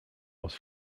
aus